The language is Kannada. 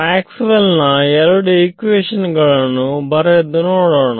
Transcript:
ಮ್ಯಾಕ್ಸ್ವೆಲ್ ನ ಎರಡು ಇಕ್ವೇಶನ್ ಗಳನ್ನು ಬರೆದು ನೋಡೋಣ